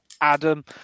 Adam